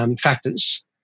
factors